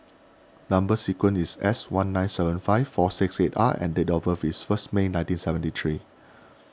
Number Sequence is S one nine seven five four six eight R and date of birth is first May nineteen seventy three